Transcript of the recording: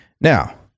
Now